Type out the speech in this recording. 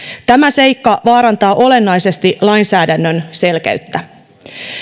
tämä seikka vaarantaa olennaisesti lainsäädännön selkeyttä